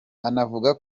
anavuga